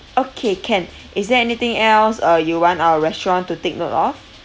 okay can is there anything else uh you want our restaurant to take note of